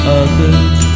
others